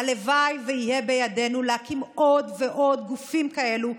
הלוואי שיהיה בידנו להקים עוד ועוד גופים כאלה,